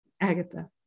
Agatha